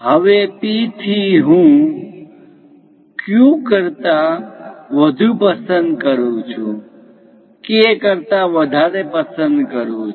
હવે P થી હું Q કરતાં વધુ પસંદ કરું છું K કરતાં વધારે પસંદ કરું છું